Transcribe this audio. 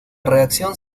reacción